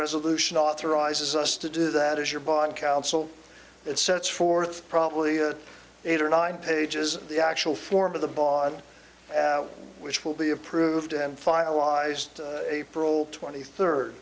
resolution authorizes us to do that is your bond counsel it sets forth probably it eight or nine pages of the actual form of the baud which will be approved and finalized april twenty third